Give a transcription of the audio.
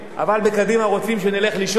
אבל בקדימה רוצים שנלך לישון,